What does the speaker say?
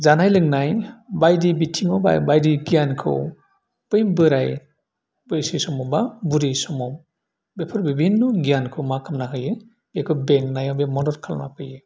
जानाय लोंनाय बायदि बिथिङाव बा बायदि गियानखौ बै बोराइ बैसो समाव बा बुरि समाव बेफोर बिबिन्न' गियानखौ मा खालामना होयो बेखौ बेंनायाव बे मदद खालामना फैयो